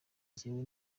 jyewe